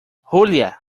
julia